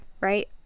right